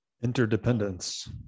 interdependence